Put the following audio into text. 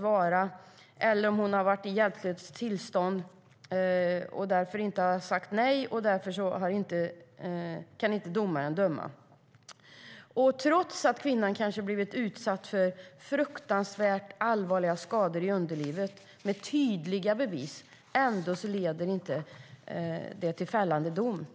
Och har hon varit i hjälplöst tillstånd och därför inte sagt nej kan domaren inte döma. Trots att kvinnan kanske har fått fruktansvärt allvarliga skador i underlivet och det finns tydliga bevis leder det inte till fällande dom.